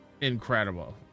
incredible